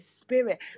spirit